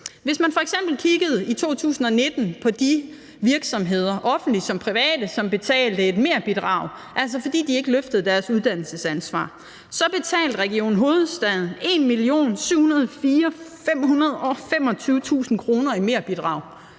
Hvis man f.eks. kigger på 2019 og på de virksomheder, offentlige så vel som private, som betalte et merbidrag, fordi de ikke løftede deres uddannelsesansvar, så betalte Region Hovedstaden 1.704.525 kr. i merbidrag.